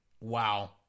Wow